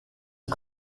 les